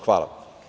Hvala.